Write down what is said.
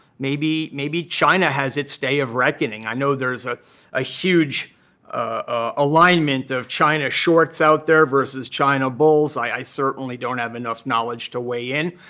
maybe maybe china has its day of reckoning. i know there is a ah huge ah alignment of china shorts out there versus china bulls. i certainly don't have enough knowledge to weigh in,